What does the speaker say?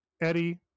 Eddie